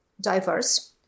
diverse